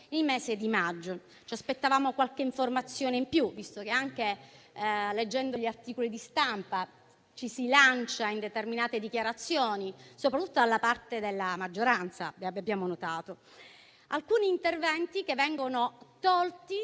il mese di maggio. Ci aspettavamo qualche informazione in più, visto che leggendo gli articoli di stampa ci si lancia in determinate dichiarazioni, soprattutto da parte della maggioranza (come abbiamo notato). Alcuni interventi vengono tolti,